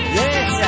yes